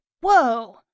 Whoa